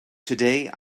today